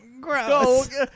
Gross